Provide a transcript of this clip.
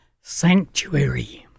Sanctuary